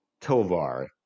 Tovar